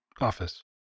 office